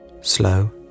slow